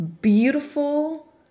beautiful